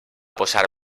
posar